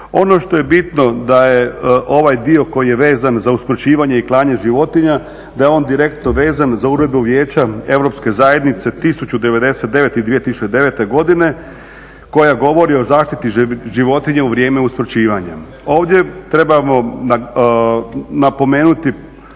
Ono što je bitno, da je ovaj dio koji je vezan za usmrćivanje i klanje životinja da je on direktno vezan za uredbu Vijeća Europske zajednice 1099 iz 2009. godine koja govori o zaštiti životinja u vrijeme usmrćivanja. Ovdje trebamo napomenuti